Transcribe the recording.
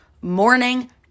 morning